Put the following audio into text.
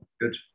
Good